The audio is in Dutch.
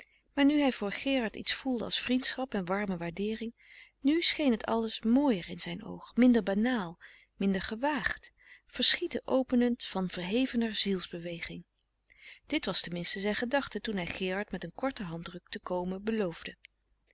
maar nu hij voor gerard iets voelde als vriendschap en warme waardeering nu scheen het alles mooier in zijn oog minder banaal minder gewaagd verschieten openend van verhevener zielsbeweging dit was ten minste zijn gedachte toen hij gerard met een korten handdruk te komen beloofde